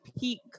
peak